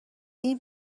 این